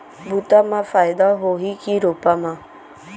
बुता म फायदा होही की रोपा म?